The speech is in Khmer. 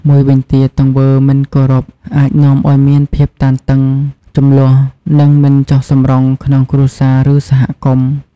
មួយវិញទៀត ទង្វើមិនគោរពអាចនាំឲ្យមានភាពតានតឹង ជម្លោះ និងមិនចុះសម្រុងក្នុងគ្រួសារ ឬសហគមន៍។